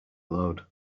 load